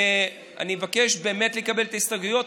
אני מבקש לקבל את ההסתייגויות,